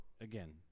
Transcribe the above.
Again